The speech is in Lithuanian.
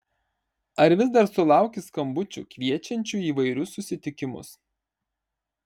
ar vis dar sulauki skambučių kviečiančių į įvairius susitikimus